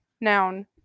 Noun